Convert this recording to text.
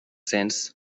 sense